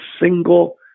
single